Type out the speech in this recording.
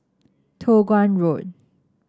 Toh Guan Road